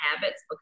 habits